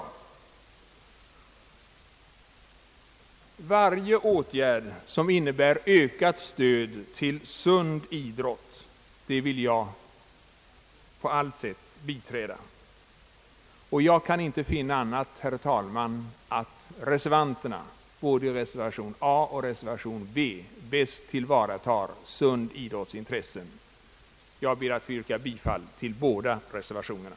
På allt sätt vill jag biträda varje åtgärd som innebär ett ökat stöd till sund idrott. Jag kan inte finna annat än att reservanterna, både i reservationen a och reservationen b, bäst tillgodoser den sunda idrottens intressen. Jag ber därför, herr talman, att få yrka bifall till båda reservationerna.